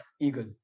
eagle